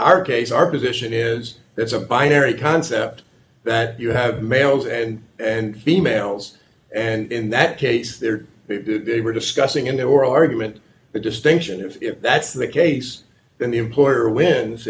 our case our position is it's a binary concept that you have males and and females and in that case there they were discussing in their oral argument the distinction if that's the case then the employer wins